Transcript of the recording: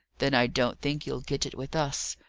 then i don't think you'll get it with us.